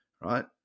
right